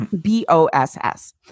B-O-S-S